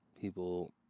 people